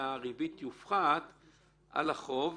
והרשם קבע שיש לבטל את ההכרה,